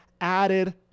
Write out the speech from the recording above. added